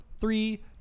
three